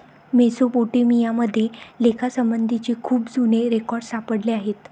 Mesopotamia मध्ये लेखासंबंधीचे खूप जुने रेकॉर्ड सापडले आहेत